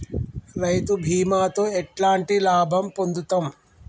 రైతు బీమాతో ఎట్లాంటి లాభం పొందుతం?